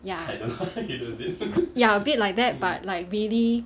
ya ya a bit like that but like really